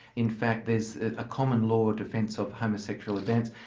in fact there's a common law defence of homosexual advance.